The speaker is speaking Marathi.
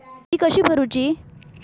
ठेवी कशी भरूची?